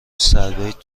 سربیت